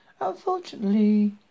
Unfortunately